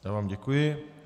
Já vám děkuji.